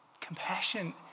Compassion